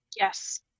Yes